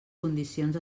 condicions